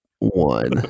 one